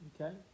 okay